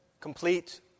complete